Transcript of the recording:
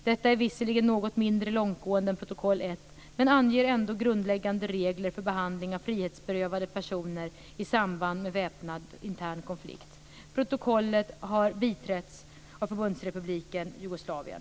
Detta är visserligen något mindre långtgående än protokoll 1, men anger ändå grundläggande regler för behandling av frihetsberövade personer i samband med väpnad intern konflikt. Protokollet har biträtts av Förbundsrepubliken Jugoslavien.